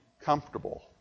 comfortable